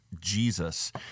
Jesus